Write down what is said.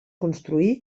construí